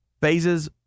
Phases